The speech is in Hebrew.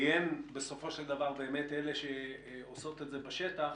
כי הן, בסופו של דבר, אלה שעושות את זה בשטח.